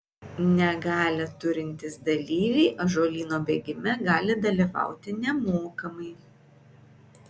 negalią turintys dalyviai ąžuolyno bėgime gali dalyvauti nemokamai